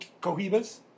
Cohibas